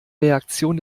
reaktion